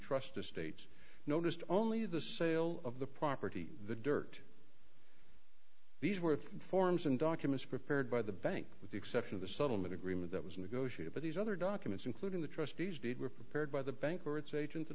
trust estates noticed only the sale of the property the dirt these were forms and documents prepared by the bank with the exception of the settlement agreement that was negotiate but these other documents including the trustees deed were prepared by the bank or its agent